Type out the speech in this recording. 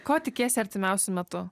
ko tikiesi artimiausiu metu